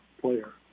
player